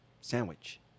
sandwich